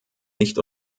nicht